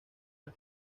las